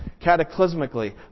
cataclysmically